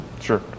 Sure